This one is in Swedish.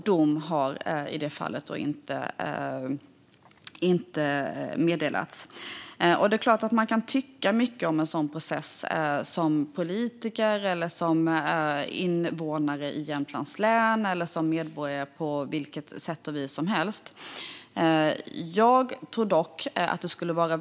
Dom har ännu inte meddelats. Det är klart att man som politiker, invånare i Jämtlands län eller medborgare på vilket sätt och vis som helst kan ha åsikter om en sådan process.